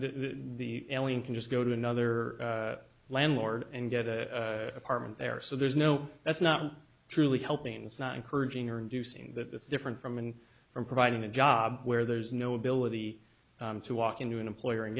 the alien can just go to another landlord and get a apartment there so there's no that's not truly helping it's not encouraging or inducing that that's different from and from providing a job where there's no ability to walk into an employer and